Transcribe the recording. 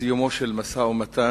בסיומו של משא-ומתן,